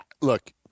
Look